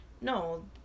no